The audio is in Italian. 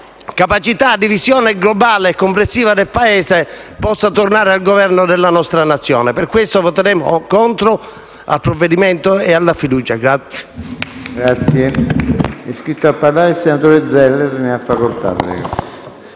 capacità di visione globale e complessiva del Paese, possa tornare al governo della nostra Nazione. Per questo voteremo contro la fiducia sul